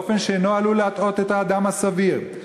באופן שאינו עלול להטעות את האדם הסביר,